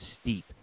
steep